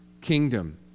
kingdom